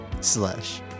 Slash